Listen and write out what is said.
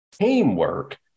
teamwork